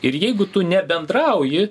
ir jeigu tu nebendrauji